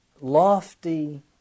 lofty